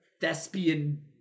thespian